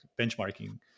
Benchmarking